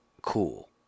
cool